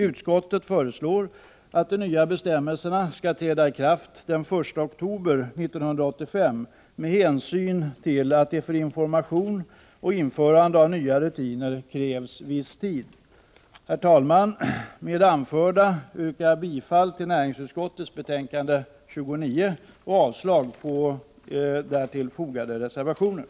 Utskottet föreslår att de nya bestämmelserna skall träda i kraft den 1 oktober 1985, med hänsyn till att det för information och införande av nya rutiner krävs en viss tid. Herr talman! Med det anförda yrkar jag bifall till hemställan i näringsutskottets betänkande 29 och avslag på de reservationer som fogats till detta.